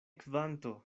kvanto